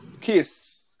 kiss